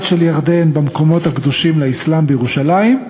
של ירדן במקומות הקדושים לאסלאם בירושלים.